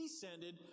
descended